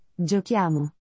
giochiamo